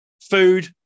food